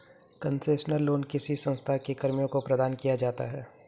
concessional loan किसी संस्था के कर्मियों को प्रदान किया जाता है